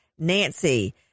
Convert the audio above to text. Nancy